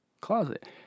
Closet